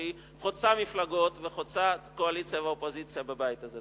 שהיא חוצה מפלגות וחוצה קואליציה ואופוזיציה בבית הזה.